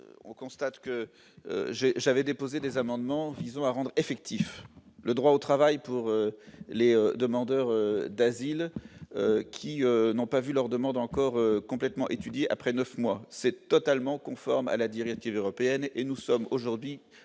on constate que j'ai, j'avais déposé des amendements visant à rendre effectif le droit au travail pour les demandeurs d'asile qui n'ont pas vu leur demande encore complètement étudié après 9 mois, c'est totalement conforme à la directive européenne et nous sommes aujourd'hui